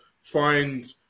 find